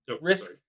risk